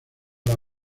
las